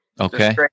Okay